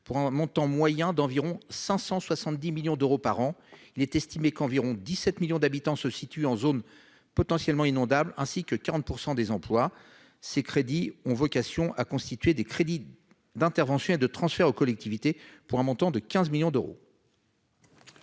pour un montant moyen d'environ 570 millions d'euros par an. Il est estimé qu'environ 17 millions d'habitants se situent en zone potentiellement inondable, ainsi que 40 % des emplois. Ces crédits ont vocation à constituer des crédits d'intervention et de transferts aux collectivités, pour un montant de 15 millions d'euros.